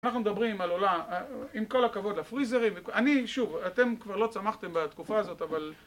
אנחנו מדברים על עולם... עם כל הכבוד לפריזרים, אני... שוב, אתם כבר לא צמחתם בתקופה הזאת אבל...